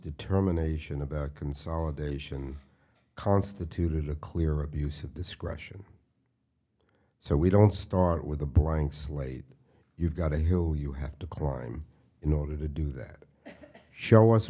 determination about consolidation constituted a clear abuse of discretion so we don't start with a blank slate you've got a hill you have to climb in order to do that show us